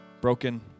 broken